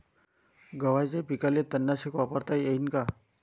गव्हाच्या पिकाले तननाशक वापरता येईन का?